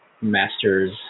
masters